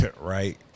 Right